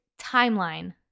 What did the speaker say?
timeline